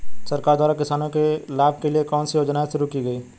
सरकार द्वारा किसानों के लाभ के लिए कौन सी योजनाएँ शुरू की गईं?